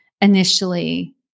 initially